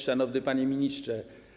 Szanowny Panie Ministrze!